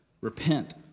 repent